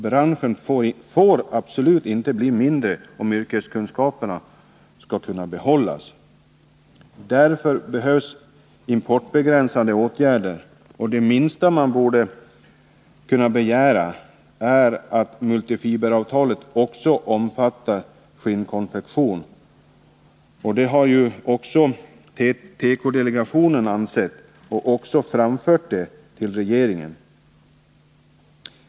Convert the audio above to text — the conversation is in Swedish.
Branschen får absolut inte bli mindre om yrkeskunskaperna skall kunna behållas. Därför behövs importbegränsande åtgärder. Det minsta man borde kunna begära är att multifiberavtalet också omfattar skinnkonfektion. Det har också tekodelegationen ansett och framfört till regeringen.